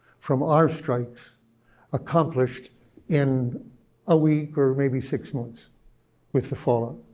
from our strikes accomplished in a week or maybe six months with the fallout.